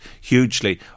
hugely